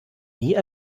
nie